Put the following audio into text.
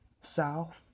south